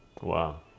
Wow